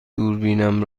دوربینم